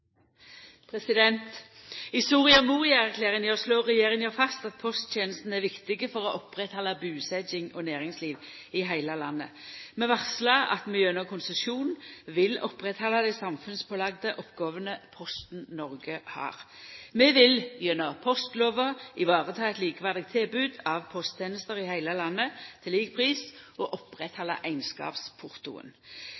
til. I Soria Moria-erklæringa slår regjeringa fast at posttenestene er viktige for å oppretthalda busetjing og næringsliv i heile landet. Vi varslar at vi gjennom konsesjon vil oppretthalda dei samfunnspålagde oppgåvene Posten Norge har. Vi vil gjennom postlova oppretthalda eit likeverdig tilbod av posttenester i heile landet til lik pris og